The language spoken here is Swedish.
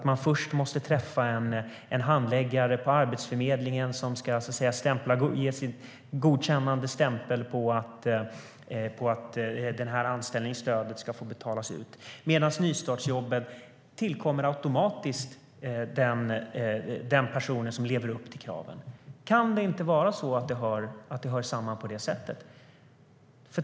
Man måste först träffa en handläggare på Arbetsförmedlingen som, så att säga, ska ge sitt godkännande till att anställningsstödet ska få betalas ut. Nystartsjobben kommer däremot automatiskt till den person som lever upp till kraven. Kan det inte hänga samman på det sättet?